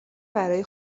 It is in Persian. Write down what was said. برای